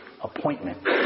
Appointment